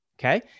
Okay